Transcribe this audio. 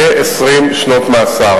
יהיה 20 שנות מאסר.